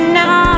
now